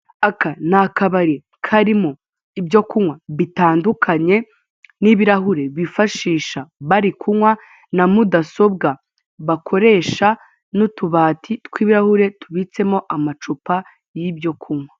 Aka ni akabari karimo ibyo kunywa bitandukanye n'ibirahure bifashisha bari kunywa na mudasobwa bakoresha n'utubati tw'ibirahure tubitsemo amacupa y'ibyo kunywa.